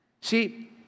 See